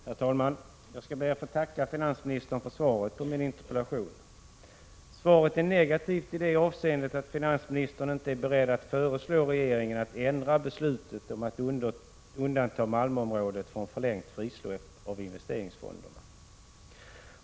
Herr talman! Jag skall be att få tacka finansministern för svaret på min interpellation. Svaret är negativt i det avseendet att finansministern inte är beredd att föreslå regeringen att ändra beslutet om att undanta Malmöområdet från förlängt frisläpp av investeringsfonderna.